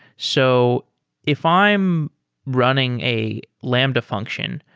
so if i am running a lambda function,